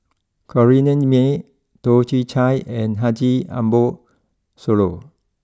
Corrinne May Toh Chin Chye and Haji Ambo Sooloh